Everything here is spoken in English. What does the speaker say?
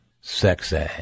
Sexy